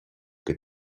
che